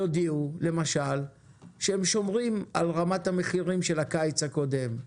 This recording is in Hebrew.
יודיעו למשל שהן שומרות על רמת המחירים של הקיץ הקודם,